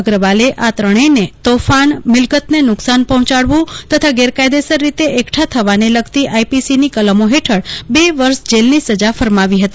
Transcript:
અગ્રવાલે આ ત્રણેયને તોફાન મીલકતને નુકસાન પહોંચાડવું તથા ગેરકાયદેસર રીતે એકઠા થવાને લગતી આઇપીસીની કલમો હેઠળ બે વર્ષ જેલની સજા ફરમાવી હતી